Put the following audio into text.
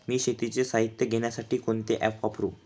मी शेतीचे साहित्य घेण्यासाठी कोणते ॲप वापरु?